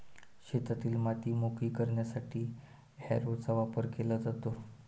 शेतातील माती मोकळी करण्यासाठी हॅरोचा वापर केला जातो